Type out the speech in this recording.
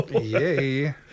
yay